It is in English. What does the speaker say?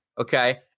Okay